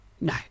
No